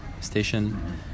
station